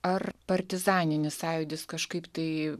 ar partizaninis sąjūdis kažkaip tai